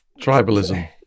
Tribalism